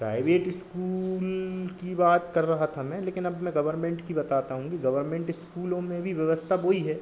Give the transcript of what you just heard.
private school की बात कर रहा था मैं लेकिन अब मैं गवर्मेंट की बताता हूँ कि गवर्मेंट इस्कूलों में भी व्यवस्ता वही है